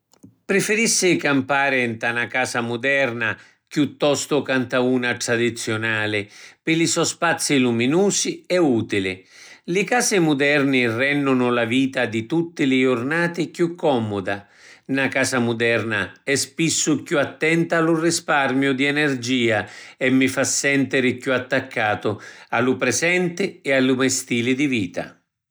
Prifirissi campari nta na casa muderna chiuttostu ca nta una tradiziunali pi li so spazi luminusi e utili. Li casi muderni rennunu la vita di tutti li jurnati chiù commuda. Na casa muderna è spissu chiù attenta a lu risparmiu di energia e mi fa sentiri chiù attaccatu a lu prisenti e a lu me stili di vita.